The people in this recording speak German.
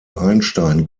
einstein